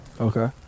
Okay